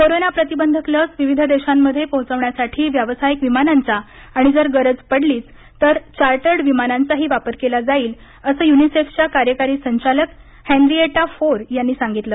corona प्रतिबंधक लस विविध देशांमध्ये पोहोचवण्यासाठी व्यावसायिक विमानांचा आणि जर गरज पडलीच तर चार्टर्ड विमानांचाही वापर केला जाईल असं यूनिसेफच्या कार्यकारी संचालक हैनरिएटा फोर यांनी सांगितलं